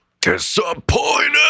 Disappointed